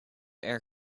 air